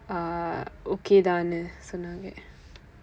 uh okay தான் சொன்னாங்க:thaan sonnaangka